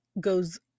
goes